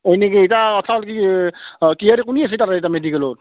হয় নেকি এতিয়া হ'ল কি এ কোন আছে তাতে এতিয়া মেডিকেলত